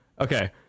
Okay